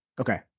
Okay